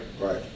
Right